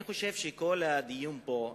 אני חושב שכל הדיון פה,